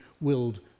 willed